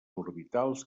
orbitals